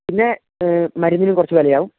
പിന്നേ മരുന്നിനും കുറച്ച് വിലയാകും